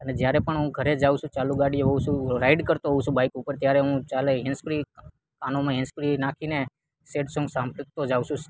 અને જ્યારે પણ હું ઘરે જાઉ છું ચાલુ ગાડીએ હોઉ છું તો રાઈડ કરતો હોઉ છું બાઈક ઉપર ત્યારે હું ચાલે હેન્સ ફ્રી કાનોમાં હેન્સ ફ્રી નાખીને સેડ સોંગ સાંભળતો જઉં છું